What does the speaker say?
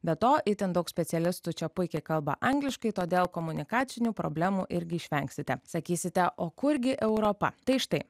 be to itin daug specialistų čia puikiai kalba angliškai todėl komunikacinių problemų irgi išvengsite sakysite o kurgi europa tai štai